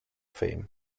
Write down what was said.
fame